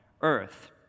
earth